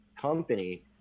company